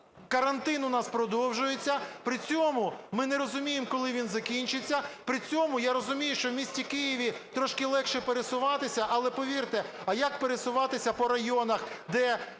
карантин у нас продовжується. При цьому ми не розуміємо, коли він закінчиться. При цьому я розумію, що в місті Києві трошки легше пересуватися, але, повірте, а як пересуватися по районах, де,